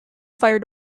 fire